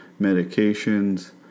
medications